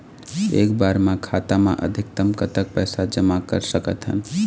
एक बार मा खाता मा अधिकतम कतक पैसा जमा कर सकथन?